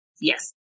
Yes